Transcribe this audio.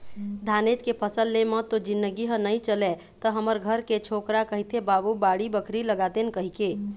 धानेच के फसल ले म तो जिनगी ह नइ चलय त हमर घर के छोकरा कहिथे बाबू बाड़ी बखरी लगातेन कहिके